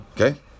Okay